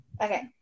Okay